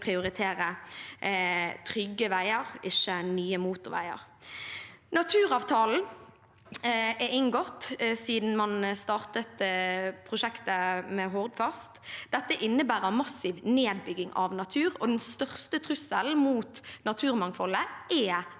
prioritere trygge veier, ikke nye motorveier. Naturavtalen er inngått siden man startet prosjektet Hordfast. Dette innebærer massiv nedbygging av natur, og den største trusselen mot naturmangfoldet er